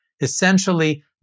Essentially